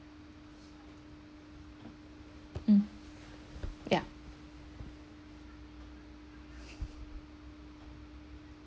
mm yup